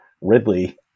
Ridley